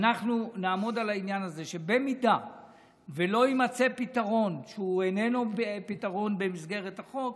נעמוד על העניין הזה שאם לא יימצא פתרון שאיננו פתרון במסגרת החוק,